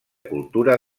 cultura